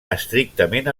estrictament